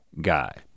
guy